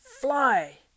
Fly